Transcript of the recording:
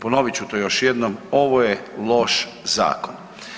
Ponovit ću to još jednom, ovo je loš zakon.